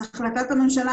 החלטת הממשלה,